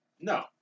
No